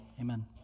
amen